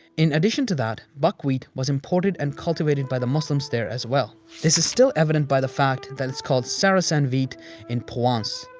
in addition to that, buckwheat was imported and cultivated by the muslims there as well. this is still evident by the fact that it's called saracen wheat in provence.